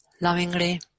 lovingly